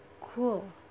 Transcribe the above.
cool